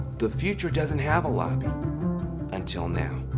the future doesn't have a lobby until now.